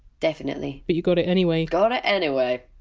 definitely but you got it anyway got it anyway